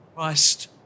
Christ